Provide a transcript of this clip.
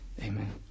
Amen